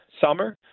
summer